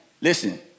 listen